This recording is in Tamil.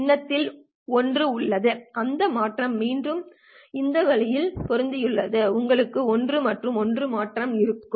சின்னத்தில் 1 உள்ளது அந்த மாற்றங்கள் மீண்டும் இந்த வழியில் பொருந்தியுள்ளன உங்களுக்கு 1 முதல் 1 மாற்றம் இருக்கும்